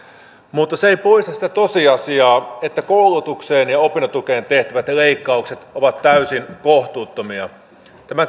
mutta se ei poista sitä tosiasiaa että koulutukseen ja opintotukeen tehtävät leikkaukset ovat täysin kohtuuttomia tämän